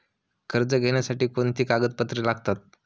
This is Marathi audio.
कर्ज घेण्यासाठी कोणती कागदपत्रे लागतात?